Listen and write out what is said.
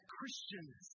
Christians